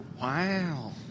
Wow